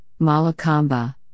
malakamba